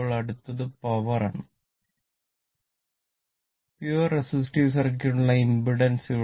ഇപ്പോൾ അടുത്തത് പവർ ആണ് പിയൂവർ റെസിസ്റ്റീവ് സർക്യൂട്ടിനുള്ള ഇമ്പിഡൻസ്